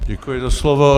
Děkuji za slovo.